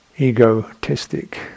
egotistic